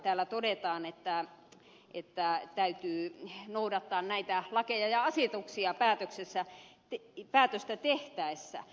täällä todetaan että täytyy noudattaa näitä lakeja ja asetuksia päätöstä tehtäessä